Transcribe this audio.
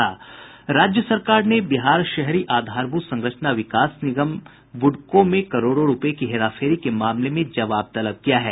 राज्य सरकार ने बिहार शहरी आधारभूत संरचना विकास निगम बुडको में करोड़ों रूपये की हेराफेरी के मामले में जवाब तलब किया है